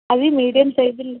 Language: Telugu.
అవి మీడియం సైజు